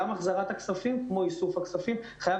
גם החזרת הכספים כמו איסוף הכספים חייב